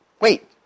Wait